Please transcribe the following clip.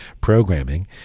programming